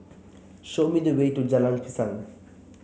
show me the way to Jalan Pisang